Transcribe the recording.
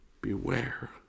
Beware